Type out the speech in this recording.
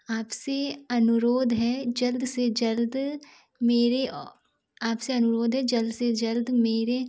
आपसे अनुरोध है जल्द से जल्द मेरे आपसे अनुरोध है जल्द से जल्द मेरे